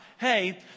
hey